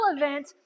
relevant